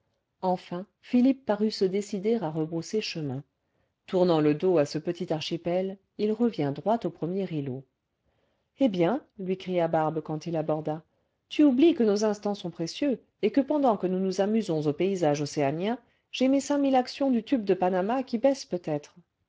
enfin philippe parut se décider à rebrousser chemin tournant le dos à ce petit archipel il revint droit au premier îlot ce eh bien lui cria barbe quand il aborda tu oublies que nos instants sont précieux et que pendant que nous nous amusons aux paysages océaniens océaniens mes cinq mille actions du tube de panama qui baissent peutêtre